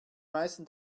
meisten